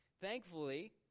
Thankfully